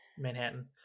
Manhattan